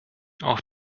auch